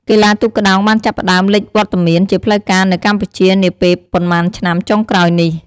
កីឡាទូកក្ដោងបានចាប់ផ្ដើមលេចវត្តមានជាផ្លូវការនៅកម្ពុជានាពេលប៉ុន្មានឆ្នាំចុងក្រោយនេះ។